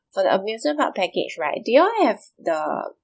for the amusement park package right do y'all have the